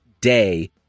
day